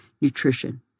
nutrition